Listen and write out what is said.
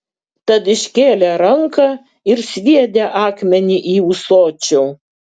tad iškėlė ranką ir sviedė akmenį į ūsočių